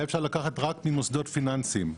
היה אפשר לקחת רק ממוסדות פיננסיים.